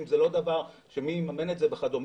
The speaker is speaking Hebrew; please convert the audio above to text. זה לא דבר קל כי מי יממן את זה וכדומה.